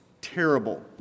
terrible